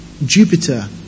jupiter